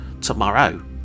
Tomorrow